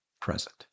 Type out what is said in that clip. present